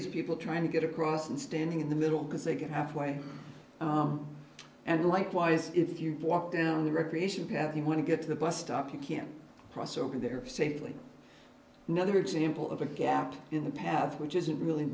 is people trying to get across and standing in the middle because they get halfway and likewise if you walk down the recreation path you want to get to the bus stop you can't cross over there safely another example of a gap in the path which isn't really